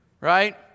right